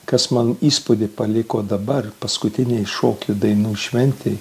kas man įspūdį paliko dabar paskutinėj šokių dainų šventėj